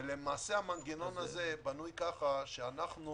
והמנגנון הזה בנוי כך שאנו